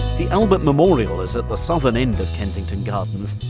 the albert memorial is at the southern end of kensington gardens,